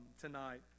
tonight